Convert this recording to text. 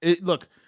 Look